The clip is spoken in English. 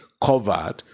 covered